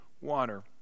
water